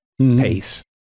pace